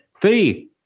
Three